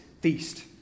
feast